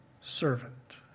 servant